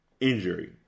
injury